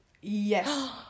Yes